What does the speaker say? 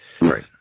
right